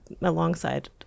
alongside